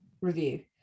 review